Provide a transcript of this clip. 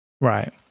Right